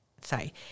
sorry